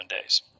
days